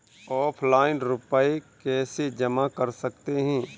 Offline रुपये कैसे जमा कर सकते हैं?